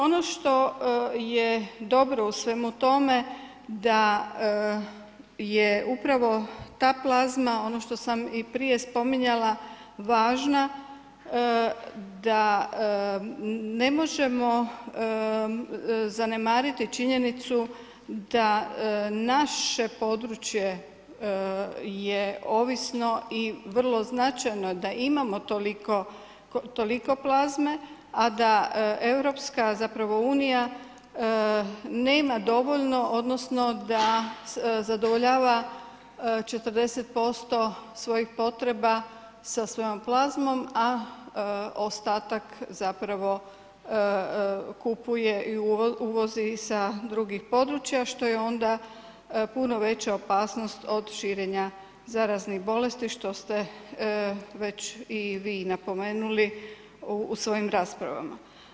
Ono što je dobro u svemu tome da je upravo ta plazma, ono što sam i prije spominjala važna da ne možemo zanemariti činjenicu da naše područje je ovisno i vrlo značajno da imamo toliko plazme, a da EU nema dovoljno odnosno da zadovoljava 40% svojih potreba sa svojom plazmom, a ostatak zapravo kupuje ili uvozi sa drugih područja, što je onda puno veća opasnost od širenja zaraznih bolesti, što ste već i vi napomenuli u svojim raspravama.